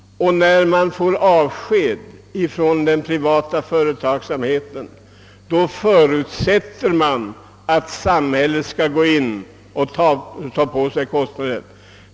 När man får avsked ifrån den privata företagsamheten förutsätts det att samhället skall träda in och ta på sig kostnaden.